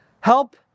Help